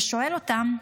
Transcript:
ושואל אותם,